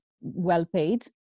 well-paid